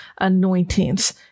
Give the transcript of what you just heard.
anointings